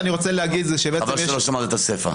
חבל שלא שמעת את הסיפא.